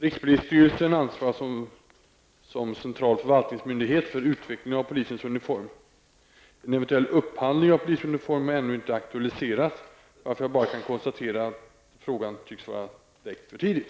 Rikspolisstyrelsen ansvarar så som central förvaltningsmyndighet för utvecklingen av polisens uniform. En eventuell upphandling av polisuniform har ännu inte aktualiserats, varför jag bara kan konstatera att frågan tycks vara väckt för tidigt.